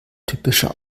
typischer